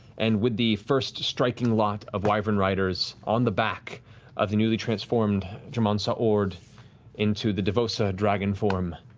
and with the first striking lot of wyvern riders, on the back of the newly transformed j'mon sa ord into the devo'ssa dragon form,